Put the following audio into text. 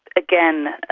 again,